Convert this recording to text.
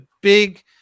big